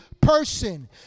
person